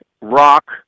rock